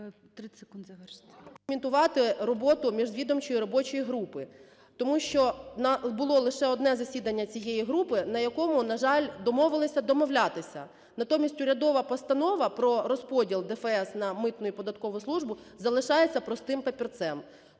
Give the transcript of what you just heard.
30 секунд завершити.